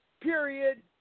Period